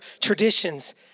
traditions